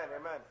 amen